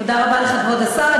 תודה רבה לך, כבוד השר.